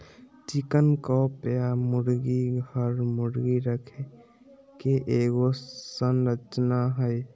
chicken coop या मुर्गी घर, मुर्गी रखे के एगो संरचना हइ